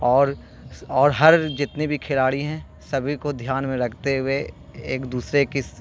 اور اور ہر جتنے بھی کھلاڑی ہیں سبھی کو دھیان میں رکھتے ہوئے ایک دوسرے کس